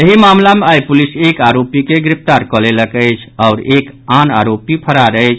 एहि मामिला मे आइ पुलिस एक आरोपी के गिरफ्तार कऽ लेलक अछि आओर एक आन आरोपी फरार अछि